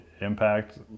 impact